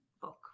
book